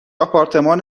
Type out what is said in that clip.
آپارتمان